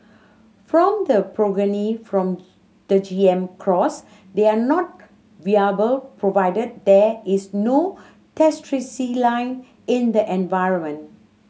from the progeny from the G M cross they are not viable provided there is no in the environment